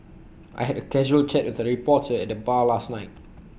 I had A casual chat with A reporter at the bar last night